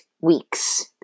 weeks